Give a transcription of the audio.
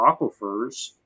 aquifers